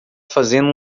fazendo